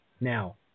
Now